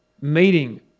meeting